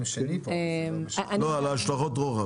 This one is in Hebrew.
יש פה --- לגבי השלכות הרוחב,